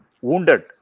Wounded